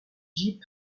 jeep